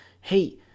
hey